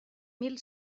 mil